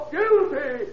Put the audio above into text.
guilty